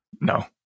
No